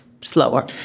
slower